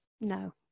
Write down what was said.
no